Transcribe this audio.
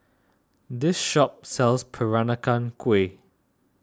this shop sells Peranakan Kueh